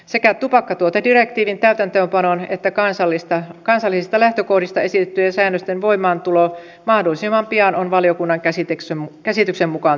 sekä tupakkatuotedirektiivin täytäntöönpanon että kansallisista lähtökohdista esitettyjen säännösten voimaantulo mahdollisimman pian on valiokunnan käsityksen mukaan tärkeää